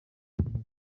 kugenda